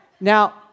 Now